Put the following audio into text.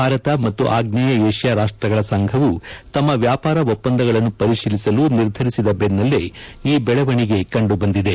ಭಾರತ ಮತ್ತು ಆಗ್ನೇಯ ಏಷ್ಯಾ ರಾಷ್ಟಗಳ ಸಂಘವು ತಮ್ಮ ವ್ಯಾಪಾರ ಒಪ್ಪಂದಗಳನ್ನು ಪರಿಶೀಲಿಸಲು ನಿರ್ಧರಿಸಿದ ಬೆನ್ನಲ್ಲೇ ಈ ಬೆಳವಣೆಗೆ ಕಂಡು ಬಂದಿದೆ